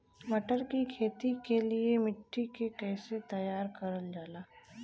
मटर की खेती के लिए मिट्टी के कैसे तैयार करल जाला?